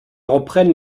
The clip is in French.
reprennent